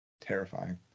Terrifying